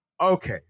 Okay